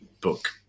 book